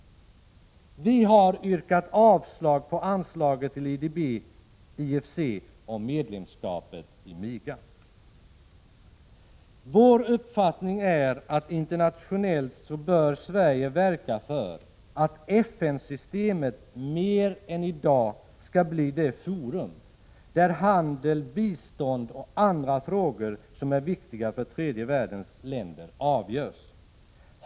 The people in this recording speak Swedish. Vi har yrkat avslag på anslaget till IDB och IFC och till medlemskap i MIGA. Vår uppfattning är att Sverige internationellt bör verka för att FN-systemet mer än i dag skall bli det forum där handel, bistånd och andra frågor som är viktiga för tredje världens länder avgörs.